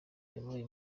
yabaye